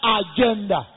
agenda